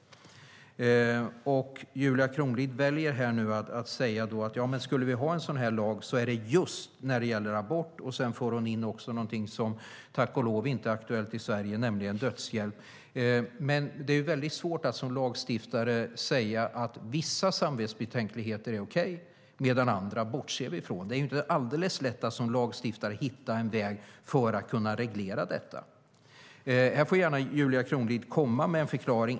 Julia Kronlid väljer nu att säga: Ja, men skulle vi ha en sådan här lag är det just när det gäller abort. Sedan för hon in någonting som tack och lov inte är aktuellt i Sverige, nämligen dödshjälp. Men det är väldigt svårt att som lagstiftare säga: Vissa samvetsbetänkligheter är okej, men andra kan vi bortse från. Det är inte alldeles lätt att som lagstiftare hitta en väg för att kunna reglera detta. Julia Kronlid får gärna komma med en förklaring.